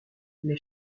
les